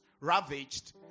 ravaged